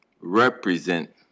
represent